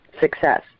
success